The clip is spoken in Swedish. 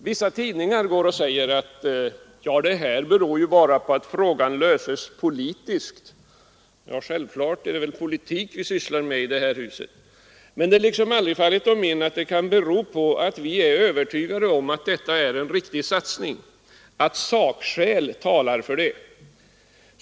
Vissa tidningar skriver att det beror bara på att frågan löses politiskt. Ja, självfallet är det politik vi sysslar med i detta hus. Men det har liksom aldrig fallit dessa tidningar in att orsaken kan vara att vi är övertygade om att det här är en riktig satsning och att sakskäl talar för det.